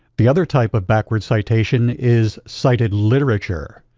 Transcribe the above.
the other type of backward citation is cited literature.